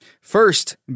First